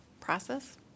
process